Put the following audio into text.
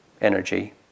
energy